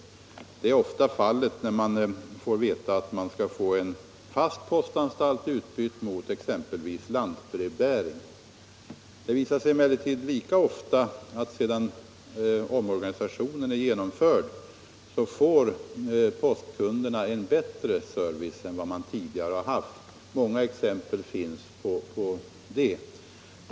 Så är ofta fallet när man får veta att man skall få en fast postanstalt utbytt mot exempelvis lantbrevbäring. Det visar sig emellertid lika ofta att postkunderna sedan omorganisationen är genomförd får en bättre service än de tidigare haft. Många exempel härpå finns.